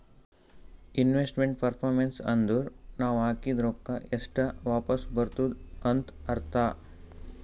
investment performance ಅಂದುರ್ ನಾವ್ ಹಾಕಿದ್ ರೊಕ್ಕಾ ಎಷ್ಟ ವಾಪಿಸ್ ಬರ್ತುದ್ ಅಂತ್ ಅರ್ಥಾ